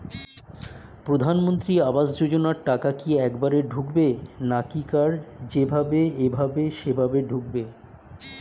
প্রধানমন্ত্রী আবাস যোজনার টাকা কি একবারে ঢুকবে নাকি কার যেভাবে এভাবে সেভাবে ঢুকবে?